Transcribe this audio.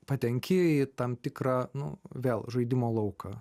patenki į tam tikrą nu vėl žaidimo lauką